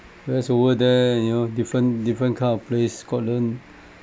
whereas over there you know different different kind of place scotland